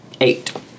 eight